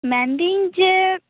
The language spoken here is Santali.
ᱢᱮᱱ ᱮᱫᱟᱹᱧ ᱡᱮ